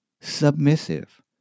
submissive